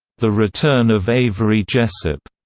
the return of avery jessup,